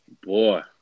Boy